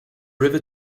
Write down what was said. river